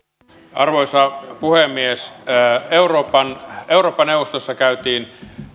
arvoisa puhemies eurooppa neuvostossa käytiin